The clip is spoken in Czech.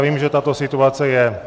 Vím, že tato situace je...